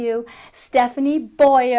you stephanie boy